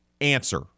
answer